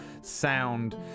sound